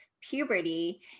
puberty